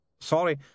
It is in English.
Sorry